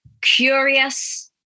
curious